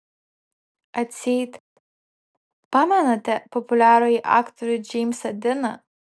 atseit pamenate populiarųjį aktorių džeimsą diną